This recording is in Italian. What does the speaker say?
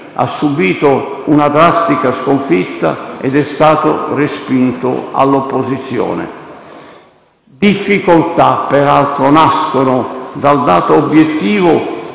ha subìto una drastica sconfitta ed è stato respinto all'opposizione. Difficoltà peraltro nascono dal dato obiettivo